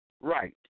Right